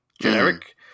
generic